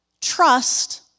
trust